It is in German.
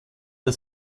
der